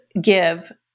give